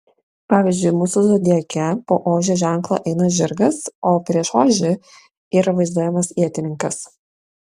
pavyzdžiui mūsų zodiake po ožio ženklo eina žirgas o prieš ožį yra vaizduojamas ietininkas